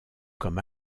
comme